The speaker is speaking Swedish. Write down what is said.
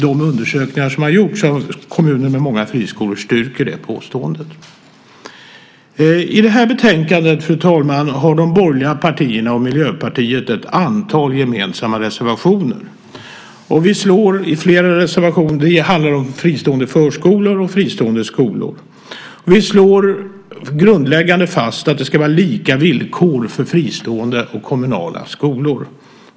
De undersökningar som har gjorts av kommuner med många friskolor styrker det påståendet. I det här betänkandet, fru talman, har de borgerliga partierna och Miljöpartiet ett antal gemensamma reservationer. Det handlar om fristående förskolor och fristående skolor. Vi slår grundläggande fast att det ska vara lika villkor för fristående och kommunala skolor.